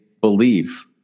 believe